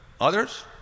Others